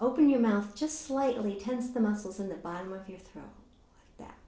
open your mouth just slightly tense the muscles in the bottom of your throat that